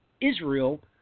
Israel